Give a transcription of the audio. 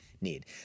need